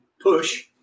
push